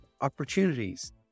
opportunities